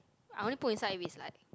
I only put inside if it's like